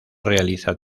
realiza